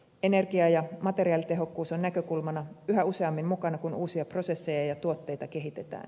energia ja materiaalitehokkuus on näkökulmana yhä useammin mukana kun uusia prosesseja ja tuotteita kehitetään